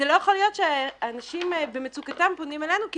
לא יכול להיות שאנשים במצוקתם פונים אלינו כי